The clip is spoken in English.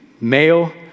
male